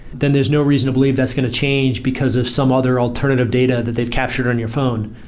then there's no reason to believe that's going to change because of some other alternative data that they've captured on your phone.